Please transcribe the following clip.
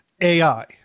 AI